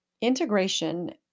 Integration